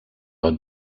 are